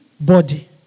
body